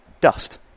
dust